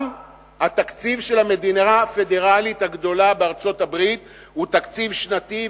גם התקציב של המדינה הפדרלית הגדולה בארצות-הברית הוא תקציב שנתי,